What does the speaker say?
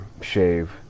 shave